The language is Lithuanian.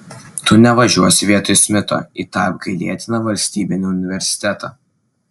tu nevažiuosi vietoj smito į tą apgailėtiną valstybinį universitetą